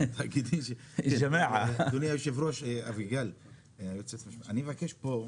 --- אדוני היושב ראש, אני מבקש פה,